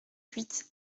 huit